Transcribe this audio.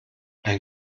ein